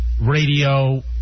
radio